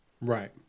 right